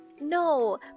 No